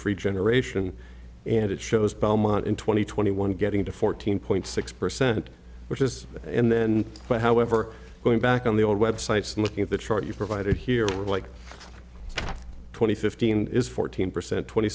free generation and it shows belmont in two thousand and twenty one getting to fourteen point six percent which is and then but however going back on the old websites and looking at the chart you provided here were like twenty fifteen is fourteen percent twenty